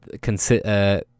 consider